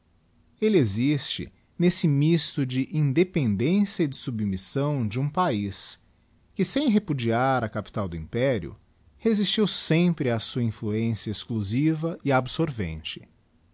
elle existe nesse misto de independência e de submissão de um paiz que sem repudiar a capital do império resistiu sempre á sua influeneia exclusiva e absorvente